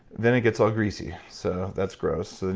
then it gets all greasy, so that's gross. then